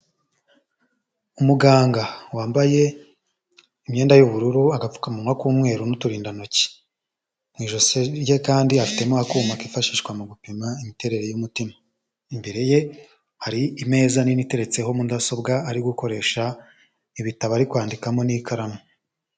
Umuganga wambaye imyenda y'ubururu, agapfukamunwa k'umweru n'uturindantoki, mu ijosi rye kandi afitemo akuma kifashishwa mu gupima imiterere y'umutima, imbere ye hari imeza nini iteretseho mudasobwa ari gukoresha, ibitabo ari kwandikamo n'ikaramu.